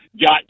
got